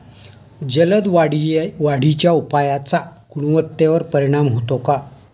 जलद वाढीच्या उपायाचा गुणवत्तेवर परिणाम होतो का?